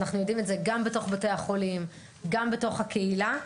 אנחנו יודעים את זה גם בתוך בתי החולים וגם בתוך הקהילה.